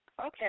Okay